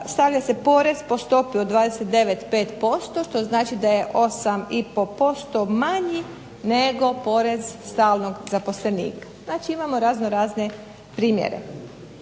stavlja se porez po stopi od 29 - 5%, što znači da je 8,5% manji nego porez stalnog zaposlenika. Znači, imamo raznorazne primjere.